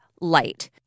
Light